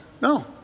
no